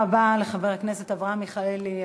תודה רבה לחבר הכנסת אברהם מיכאלי.